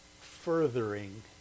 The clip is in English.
furthering